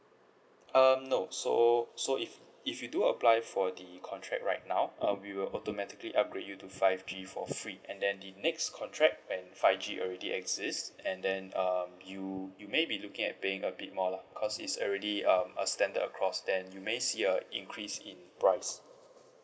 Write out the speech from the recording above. um no so so if if you do apply for the contract right now uh we will automatically upgrade you to five G for free and then the next contract when five G already exists and then um you you may be looking at paying a bit more lah cause it's already um a standard across then you may see a increase in price